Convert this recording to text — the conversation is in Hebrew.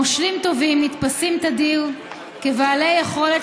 מושלים טובים נתפסים תדיר כבעלי יכולת